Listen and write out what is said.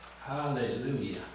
Hallelujah